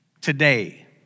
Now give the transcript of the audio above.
today